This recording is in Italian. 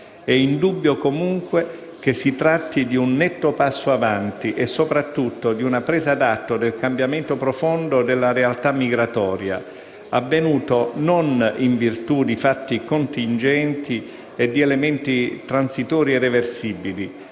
È indubbio, comunque, che si tratti di un netto passo in avanti e, soprattutto, di una presa d'atto del cambiamento profondo della realtà migratoria, avvenuto in virtù non di fatti contingenti e di elementi transitori e reversibili,